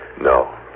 No